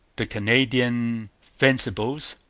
the canadian fencibles,